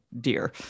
dear